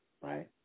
right